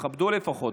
תכבדו לפחות.